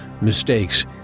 mistakes